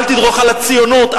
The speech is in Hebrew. אל תדרוך על הציונות,